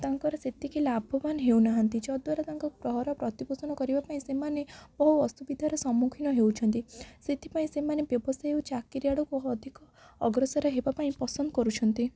ତାଙ୍କର ସେତିକି ଲାଭବାନ ହେଉନାହାନ୍ତି ଯଦ୍ୱାରା ତାଙ୍କ ଘର ପ୍ରତିପୋଷଣ କରିବା ପାଇଁ ସେମାନେ ବହୁ ଅସୁବିଧାର ସମ୍ମୁଖୀନ ହେଉଛନ୍ତି ସେଥିପାଇଁ ସେମାନେ ବ୍ୟବସାୟୀ ଓ ଚାକିରୀ ଆଡ଼କୁ ଅଧିକ ଅଗ୍ରସର ହେବା ପାଇଁ ପସନ୍ଦ କରୁଛନ୍ତି